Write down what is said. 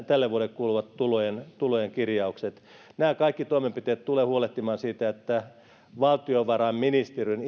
tälle vuodelle kuuluvat tulojen tulojen kirjaukset nämä kaikki toimenpiteet tulevat huolehtimaan siitä että valtiovarainministeriön